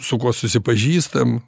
su kuo susipažįstam